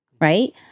Right